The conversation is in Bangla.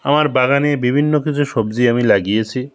আমার বাগানে বিভিন্ন কিছু সবজি আমি লাগিয়েছি